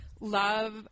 love